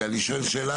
אני מבטיח לתושבים,